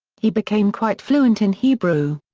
he became quite fluent in hebrew.